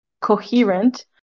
coherent